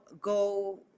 go